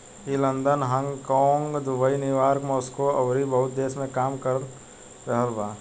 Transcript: ई London, Hong Kong, Dubai, New York, Moscow अउरी बहुते देश में काम कर रहल बा